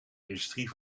industrie